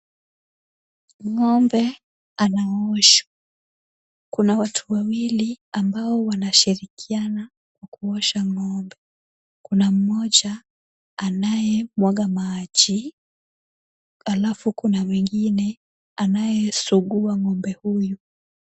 Ng'ombe anaoshwa. Kuna watu wawili ambao wanashirikiana kuosha ng'ombe. Kuna mmoja anayemwaga maji alafu kuna mwingine anayesugua ng'ombe huyu.